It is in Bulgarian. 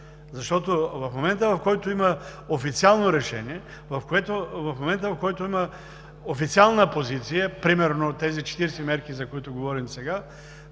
защото в момента, в който има официално решение, в момента, в който има официална позиция – примерно тези 40 мерки, за които говорим сега,